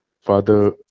father